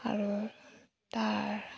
আৰু তাৰ